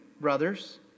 brothers